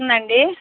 వినిపిస్తుందాండి